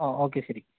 ആ ഓക്കേ ശരി